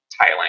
Thailand